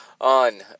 on